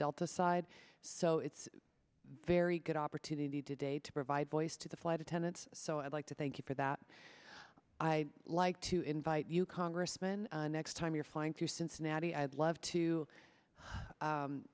delta side so it's a very good opportunity today to provide voice to the flight attendants so i'd like to thank you for that i like to invite you congressman next time you're flying through cincinnati i would love to